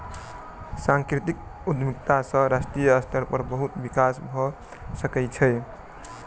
सांस्कृतिक उद्यमिता सॅ राष्ट्रीय स्तर पर बहुत विकास भ सकै छै